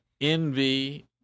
envy